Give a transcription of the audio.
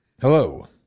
Hello